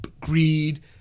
greed